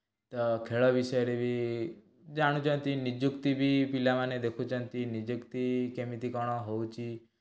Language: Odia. ତ ଖେଳ ବିଷୟରେ ବି ଜାଣୁଛନ୍ତି ପାରୁଛନ୍ତି ନିଯୁକ୍ତି ବି ପିଲାମାନେ ଦେଖୁଛନ୍ତି ନିଯୁକ୍ତି କେମିତି କଣ ହେଉଛି